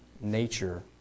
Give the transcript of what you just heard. nature